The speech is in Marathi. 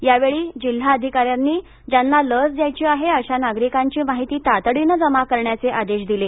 यावेळी जिल्हाधिकाऱ्यांनी ज्यांना लस द्यायची आहे अशा नागरिकांची माहिती तातडीनं जमा करण्याचे आदेश दिले